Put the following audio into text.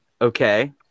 Okay